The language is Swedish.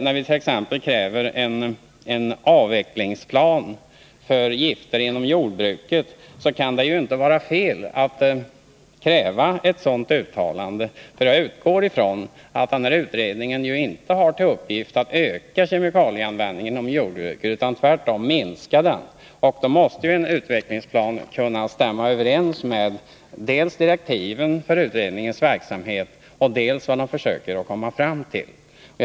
När det t.ex. gäller kravet på en avvecklingsplan beträffande gifter inom jordbruket kan det ju inte vara fel att kräva att det görs ett uttalande på den punkten. Jag utgår nämligen ifrån att utredningen inte har till uppgift att öka kemikalieanvändningen inom jordbruket utan tvärtom att minska den. Då måste ju en avvecklingsplan kunna stämma överens med dels direktiven för utredningars verksamhet, dels målen för utredningen.